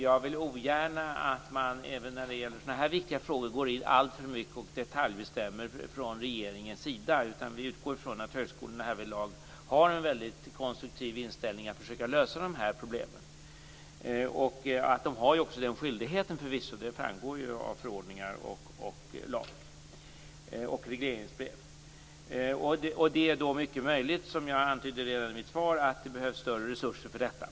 Jag vill ogärna, även när det gäller så här viktiga frågor, att man från regeringens sida alltför mycket går in och detaljbestämmer, utan jag utgår från att högskolorna härvidlag har den konstruktiva inställningen att de skall försöka lösa problemen. Att de förvisso också har den skyldigheten framgår av förordningar, lag och regleringsbrev. Det är mycket möjligt, som jag också antydde i mitt svar, att det behövs större resurser för detta.